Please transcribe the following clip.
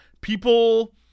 People